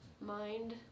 mind